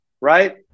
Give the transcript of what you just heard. right